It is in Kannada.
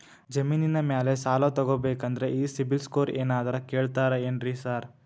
ಜಮೇನಿನ ಮ್ಯಾಲೆ ಸಾಲ ತಗಬೇಕಂದ್ರೆ ಈ ಸಿಬಿಲ್ ಸ್ಕೋರ್ ಏನಾದ್ರ ಕೇಳ್ತಾರ್ ಏನ್ರಿ ಸಾರ್?